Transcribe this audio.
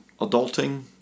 adulting